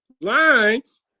lines